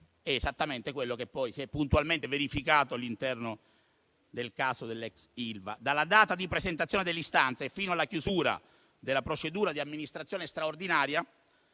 È esattamente quello che poi si è puntualmente verificato all'interno del caso dell'ex Ilva. Dalla data di presentazione dell'istanza e fino alla chiusura della procedura di amministrazione straordinaria